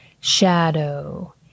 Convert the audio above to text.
shadow